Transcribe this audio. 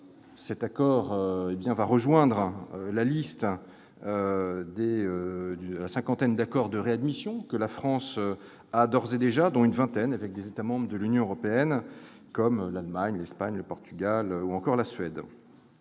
Cet accord va rejoindre une liste riche d'une cinquantaine d'accords de réadmission dont la France est d'ores et déjà signataire, dont une vingtaine avec des États membres de l'Union européenne, comme l'Allemagne, l'Espagne, le Portugal ou encore la Suède.